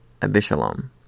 Abishalom